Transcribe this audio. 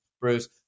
Bruce